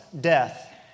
death